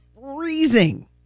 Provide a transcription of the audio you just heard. freezing